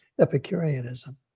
Epicureanism